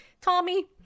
Tommy